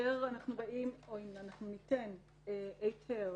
אם ניתן היתר,